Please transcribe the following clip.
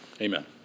Amen